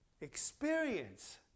experience